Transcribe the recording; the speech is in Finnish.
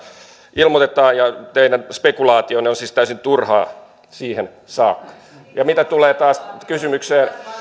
ilmoitetaan teidän spekulaationne on siis täysin turhaa siihen saakka ja mitä tulee taas